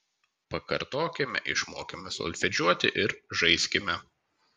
pakartokime išmokime solfedžiuoti ir žaiskime